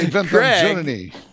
Craig